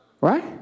right